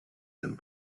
some